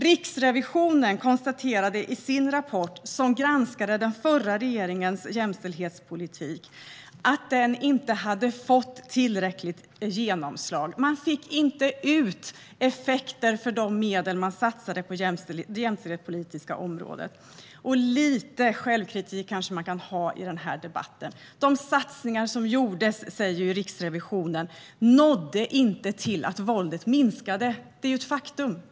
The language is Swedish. Riksrevisionen konstaterade i sin rapport, som granskade den förra regeringens jämställdhetspolitik, att denna politik inte hade fått tillräckligt genomslag. Man fick inte ut effekter för de medel som man satsade på det jämställdhetspolitiska området. Lite självkritik kanske man kan ha i den här debatten. Riksrevisionen säger att de satsningar som gjordes inte nådde fram till att våldet minskade. Detta är ett faktum.